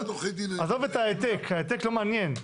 עזוב את ההעתק, ההעתק לא מעניין.